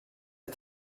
est